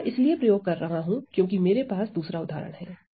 मैं यह इसीलिए प्रयोग कर रहा हूं क्योंकि मेरे पास दूसरा उदाहरण है